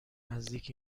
نزدیک